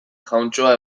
jauntxoa